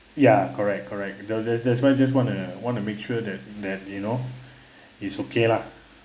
ya correct correct the the that's why just want to want to make sure that that you know it's okay lah